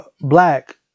black